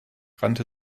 rannte